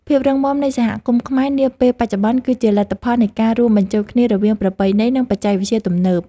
ភាពរឹងមាំនៃសហគមន៍ខ្មែរនាពេលបច្ចុប្បន្នគឺជាលទ្ធផលនៃការរួមបញ្ចូលគ្នារវាងប្រពៃណីនិងបច្ចេកវិទ្យាទំនើប។